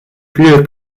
plus